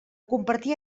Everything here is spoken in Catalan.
compartir